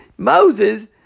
Moses